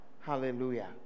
hallelujah